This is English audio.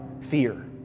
fear